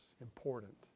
important